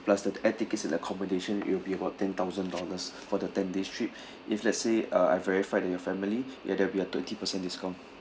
plus the air tickets and accommodation it'll be about ten thousand dollars for the ten days trip if let's say uh I've verified that you're family then there'll be a twenty percent discount